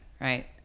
right